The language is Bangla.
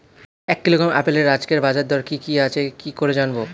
এক কিলোগ্রাম আপেলের আজকের বাজার দর কি কি আছে কি করে জানবো?